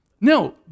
No